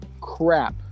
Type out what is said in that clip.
crap